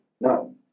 No